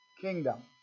kingdom